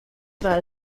val